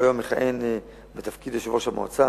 היום הוא מכהן בתפקיד יושב-ראש המועצה.